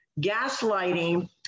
Gaslighting